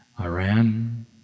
Iran